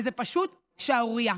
זה פשוט שערורייה.